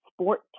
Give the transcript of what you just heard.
sport